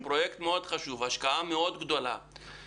זה פרויקט חשוב מאוד, השקעה גדולה מאוד.